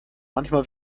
manchmal